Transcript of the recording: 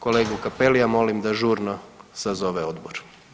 Kolegu Cappellia molim da žurno sazove odbor.